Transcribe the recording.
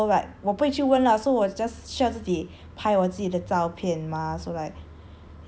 can you take a photo like 我不会去问 lah so 我 just 需要自己拍我自己的照片 mah so like